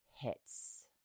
hits